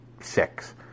six